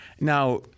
Now